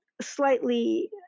slightly